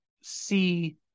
see